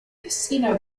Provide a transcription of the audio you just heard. casino